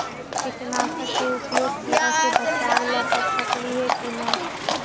कीटनाशक के उपयोग किड़ा से बचाव ल कर सकली हे की न?